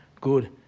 good